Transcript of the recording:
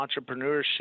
entrepreneurship